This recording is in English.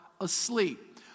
asleep